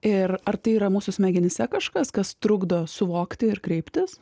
ir ar tai yra mūsų smegenyse kažkas kas trukdo suvokti ir kreiptis